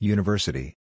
University